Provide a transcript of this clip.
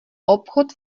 obchod